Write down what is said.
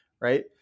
right